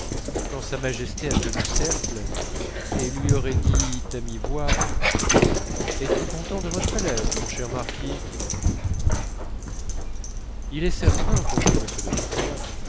quand sa majesté a tenu cercle et lui aurait dit à mi-voix êtes-vous content de votre élève mon cher marquis il est certain conclut